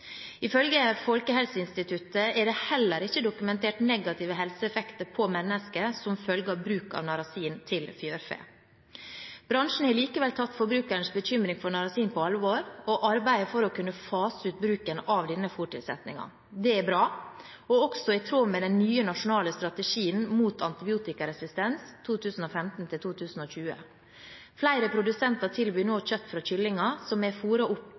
Ifølge Folkehelseinstituttet er det heller ikke dokumentert negative helseeffekter på mennesker som følge av bruk av narasin til fjørfe. Bransjen har likevel tatt forbrukeres bekymring for narasin på alvor og arbeider for å kunne fase ut bruken av denne fôrtilsetningen. Det er bra og også i tråd med den nye, nasjonale strategien mot antibiotikaresistens 2015–2020. Flere produsenter tilbyr nå kjøtt fra kyllinger som er fôret opp